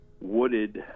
wooded